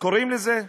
קוראים לזה?